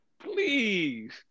Please